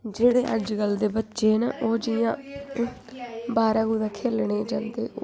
जेह्ड़े अजकल्ल दे बच्चे न ओह् जि'यां बाह्र कुतै खेलने गी जंदे ओह्